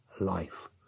life